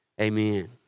amen